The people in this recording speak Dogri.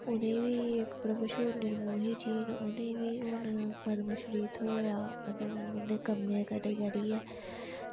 उ'नें बी इक शिव निर्मोही जी न उ'नें गी बी हून पद्मश्री थ्होआ ते उं'दे कम्में करियै